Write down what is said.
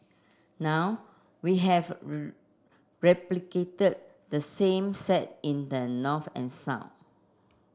now we have replicated the same set in the north and south